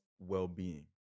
well-being